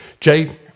Jay